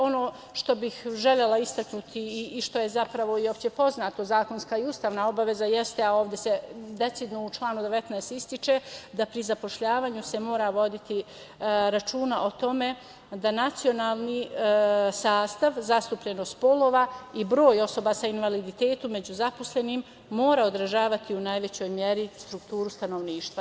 Ono što bih želela istaknuti i što je zapravo uopšte poznato, zakonska i ustavna obaveza jeste, a ovde se decidno u članu 19. ističe da pri zapošljavanju mora se voditi računa o tome da nacionalni sastav, zastupljenost polova i broj osoba sa invaliditetom među zaposlenima mora održavati u najvećoj meri strukturu stanovništva.